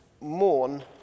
mourn